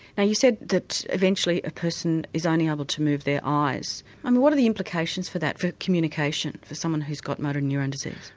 now you said that eventually a person is only able to move their eyes and what are the implications for that for communication for someone who's got motor neurone disease?